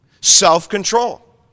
Self-control